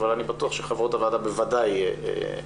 אבל אני בטוח שחברות הוועדה בוודאי יצטרפו.